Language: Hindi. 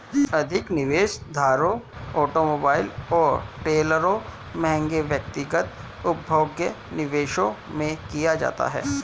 अधिक निवेश घरों ऑटोमोबाइल और ट्रेलरों महंगे व्यक्तिगत उपभोग्य निवेशों में किया जाता है